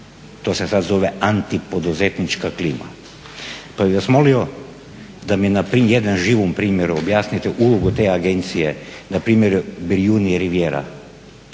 to se sad zove antipoduzetnička klima. Pa bih vas molio da mi na jednom živom primjeru objasnite ulogu te agencije npr. Brijuni Rivijera